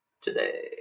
today